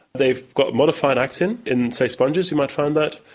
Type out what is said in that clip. they've got modified actin in, say, sponges you might find that.